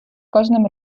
кожним